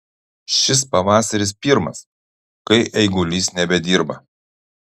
šis pavasaris pirmas kai eigulys nebedirba